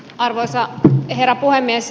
arvoisa herra puhemies